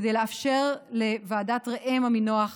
כדי לאפשר לוועדת ראם עמינח